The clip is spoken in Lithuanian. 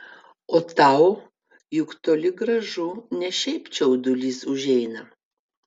o tau juk toli gražu ne šiaip čiaudulys užeina